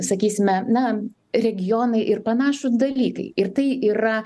sakysime na regionai ir panašūs dalykai ir tai yra